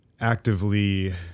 actively